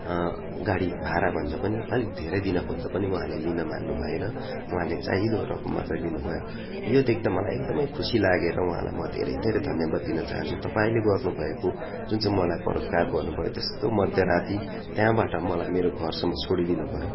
गाडी भाडाभन्दा पनि अलिक धेरै दिन खोज्दा पनि उहाँले लिन मान्नु भएन उहाँले चाहिँदो रकम मात्रै लिनुभयो यो देख्दा मलाई एकदमै खुसी लागेर उहाँलाई म धेरै धेरै धन्यवाद दिन चाहन्छु तपाईँले गर्नुभएको जुन चाहिँ मलाई परोपकार गर्नुभयो त्यस्तो मध्यराति त्याबाट मलाई मेरो घरसम्म छोडिदिनु भयो